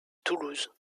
toulouse